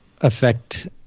affect